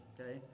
okay